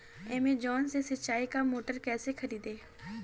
Amazon से सिंचाई का मोटर कैसे खरीदें?